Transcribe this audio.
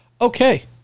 okay